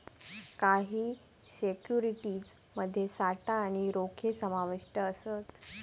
काही सिक्युरिटीज मध्ये साठा आणि रोखे समाविष्ट असत